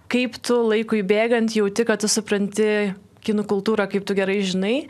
kaip tu laikui bėgant jauti kad tu supranti kinų kultūrą kaip tu gerai žinai